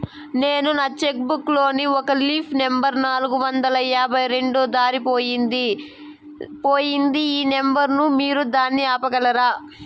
నేను నా cheque book లోని ఒక లీఫ్ నెంబర్ నాలుగు వందల యాభై రెండు దారిపొయింది పోయింది ఈ నెంబర్ ను మీరు దాన్ని ఆపగలరా?